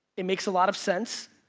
it makes a lot of sense.